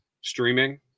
streaming